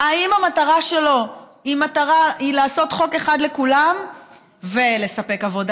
האם המטרה שלו היא לעשות חוק אחד לכולם ולספק עבודה